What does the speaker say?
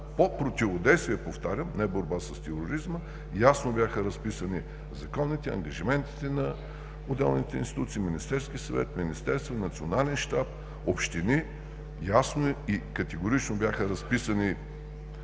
по противодействие, повтарям, не борба с тероризма. Ясно бяха разписани законите, ангажиментите на отделните институции – на Министерския съвет, на министерства, на Национален щаб, общини. Ясно и категорично бяха разписани